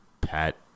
Pat